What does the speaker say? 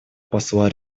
посла